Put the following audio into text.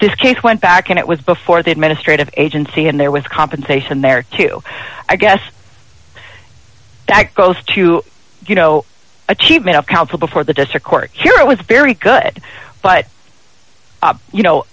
this case went back and it was before the administrative agency and there was compensation there too i guess that goes to you know achievement of counsel before the district court here was very good but ah you know